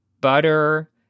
butter